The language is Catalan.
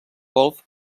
golf